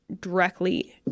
directly